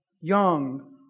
Young